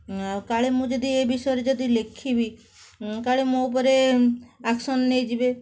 ଆଉ କାଳେ ମୁଁ ଯଦି ଏ ବିଷୟରେ ଯଦି ଲେଖିବି କାଳେ ମୋ ଉପରେ ଆକ୍ସନ ନେଇଯିବେ